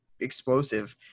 explosive